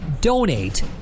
donate